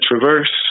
traverse